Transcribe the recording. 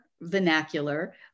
vernacular